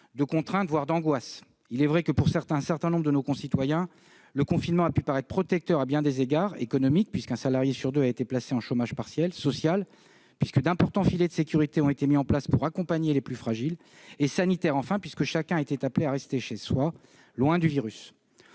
de contraintes, voire d'angoisses. Il est vrai que, pour un certain nombre de nos concitoyens, le confinement a pu paraître protecteur à bien des égards : d'un point de vue économique, puisqu'un salarié sur deux a été placé en chômage partiel ; d'un point de vue social, puisque d'importants filets de sécurité ont été mis en place pour accompagner les plus fragiles ; et d'un point de vue sanitaire enfin, puisque chacun était appelé à rester chez soi, loin du virus.